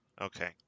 Okay